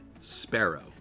Sparrow